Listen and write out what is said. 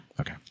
Okay